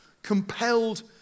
compelled